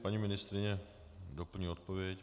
Paní ministryně doplní odpověď.